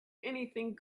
anything